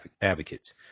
advocates